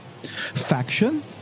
Faction